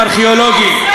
ישראל מוכרת נשק לדרום-סודאן,